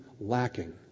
lacking